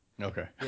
Okay